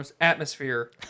atmosphere